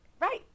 Right